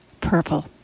Purple